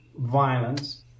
violence